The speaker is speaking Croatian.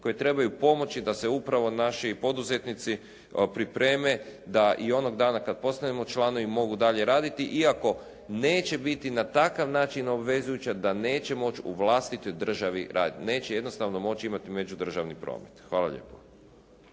koje trebaju pomoći da se upravo naše poduzetnici pripreme da i onog dana kad postanemo članovi mogu dalje raditi. Iako, neće biti na takav način obvezujuća da neće moći u vlastitoj državi raditi. Neće jednostavno moći imati međudržavni promet. Hvala lijepo.